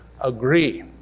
agree